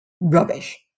Rubbish